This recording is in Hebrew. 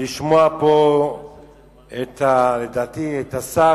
נעבור להצעת החוק הבאה: הצעת חוק השקעות משותפות בנאמנות